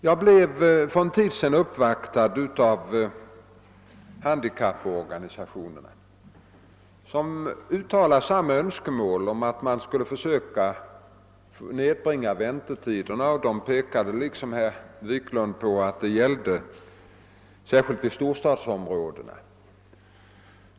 Jag blev för en tid sedan uppvaktad av representanter för handikapporganisationerna, som =<:uttalade samma önskemål som herr Wiklund om att man borde försöka nedbringa väntetiderna. Herr Wiklund i Stockholm pekade särskilt på Stockholmsområdet.